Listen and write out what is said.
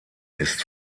ist